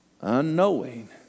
unknowing